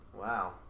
Wow